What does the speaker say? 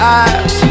eyes